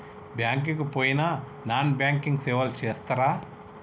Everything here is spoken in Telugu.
బ్యాంక్ కి పోయిన నాన్ బ్యాంకింగ్ సేవలు చేస్తరా?